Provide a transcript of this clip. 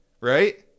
right